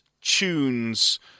tunes